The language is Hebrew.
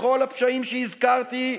לכל הפשעים שהזכרתי,